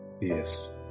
Yes